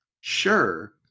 sure